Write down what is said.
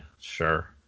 sure